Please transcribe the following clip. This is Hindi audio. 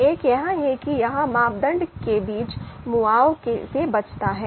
एक यह है कि यह मापदंड के बीच मुआवजे से बचता है